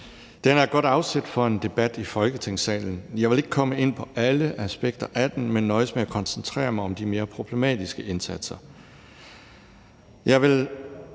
Den er et godt afsæt for en debat i Folketingssalen. Jeg vil ikke komme ind på alle aspekter af den, men nøjes med at koncentrere mig om de mere problematiske indsatser.